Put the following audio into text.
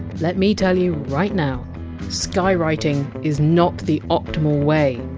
let me tell you right now skywriting is not the optimal way.